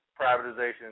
privatization